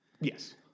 Yes